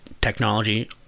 technology